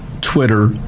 Twitter